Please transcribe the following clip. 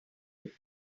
want